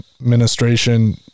administration